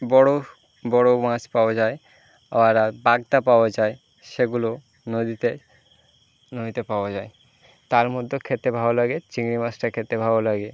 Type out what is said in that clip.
বড় বড় মাছ পাওয়া যায় আবার আর বাগদা পাওয়া যায় সেগুলো নদীতে নদীতে পাওয়া যায় তার মধ্যেও খেতে ভালো লাগে চিংড়ি মাছটা খেতে ভালো লাগে